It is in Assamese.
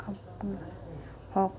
হ হওক